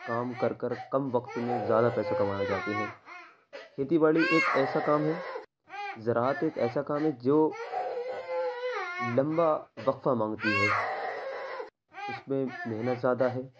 کام کر کر کم وقت میں زیادہ پیسہ کمانا چاہتے ہیں کھیتی باڑی ایک ایسا کام ہے زراعت ایک ایسا کام ہے جو لمبا وقفہ مانگتی ہے اس میں محنت زیادہ ہے